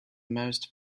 most